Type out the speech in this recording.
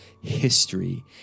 history